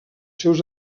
seus